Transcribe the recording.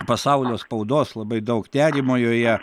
pasaulio spaudos labai daug nerimo joje